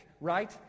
right